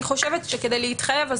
אני חושבת שכדי להתחייב,